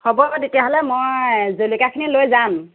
হ'ব তেতিয়াহ'লে মই জলকীয়াখিনি লৈ যাম